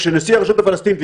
הפלסטינית.